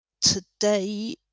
today